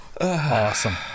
Awesome